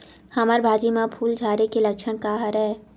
हमर भाजी म फूल झारे के लक्षण का हरय?